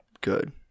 good